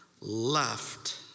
Left